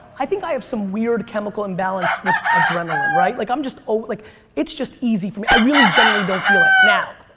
i think i have some weird chemical imbalance with adrenaline. right? like um like it's just easy for me. i really generally don't feel it. now,